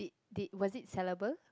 did was it sellable